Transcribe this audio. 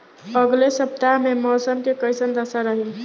अलगे सपतआह में मौसम के कइसन दशा रही?